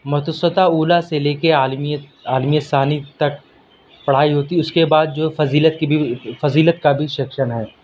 متوسطہ اولی سے لے کے عالمیت عالمیت ثانی تک پڑھائی ہوتی اس کے بعد جو ہے فضیلت کی بھی فضیلت کا بھی شیکشن ہے